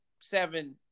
seven